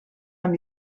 amb